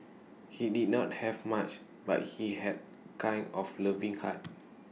he did not have much but he had kind of loving heart